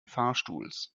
fahrstuhls